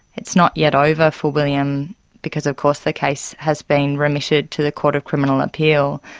it's not yet over for william because of course the case has been remitted to the court of criminal appeal,